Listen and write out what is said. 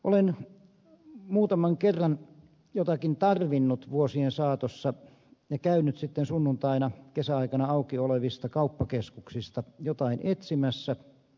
olen muutaman kerran jotakin tarvinnut vuosien saatossa ja käynyt sitten sunnuntaina kesäaikana auki olevista kauppakeskuksista jotain etsimässä